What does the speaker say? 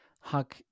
hug